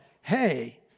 hey